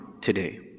today